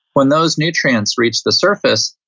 when those nutrients reach the surface,